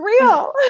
real